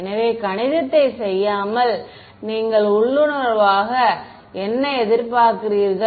எனவே கணிதத்தை செய்யாமல் நீங்கள் உள்ளுணர்வாக என்ன எதிர்பார்க்கிறீர்கள்